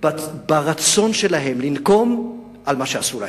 ברצון שלהם לנקום על מה שעשו להם,